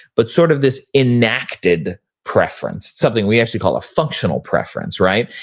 but sort of this enacted preference, something we actually call a functional preference, right?